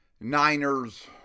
Niners